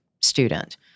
student